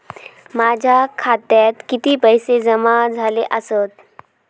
माझ्या खात्यात किती पैसे जमा झाले आसत?